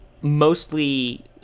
mostly